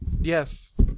Yes